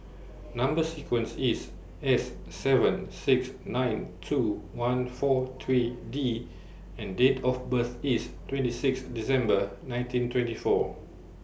Number sequence IS S seven six nine two one four three D and Date of birth IS twenty six December nineteen twenty four